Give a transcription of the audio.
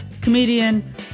comedian